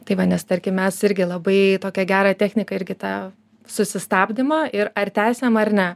tai va nes tarkim mes irgi labai tokią gerą techniką irgi tą susistabdymą ir ar tęsiam ar ne